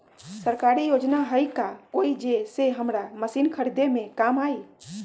सरकारी योजना हई का कोइ जे से हमरा मशीन खरीदे में काम आई?